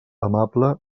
amable